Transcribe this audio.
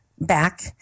back